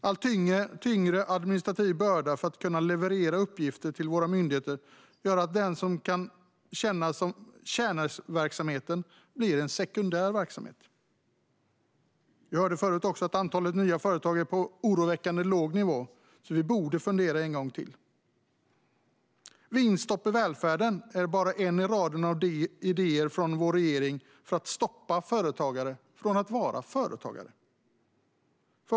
En allt tyngre administrativ börda för att kunna leverera uppgifter till våra myndigheter gör att det kan kännas som om kärnverksamheten blir en sekundär verksamhet. Tidigare hörde vi också att antalet nya företagare är på en oroväckande låg nivå. Vi borde fundera en gång till. Vinststopp i välfärden är bara en i raden av idéer från vår regering för att stoppa företagare från att vara företagare.